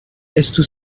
estu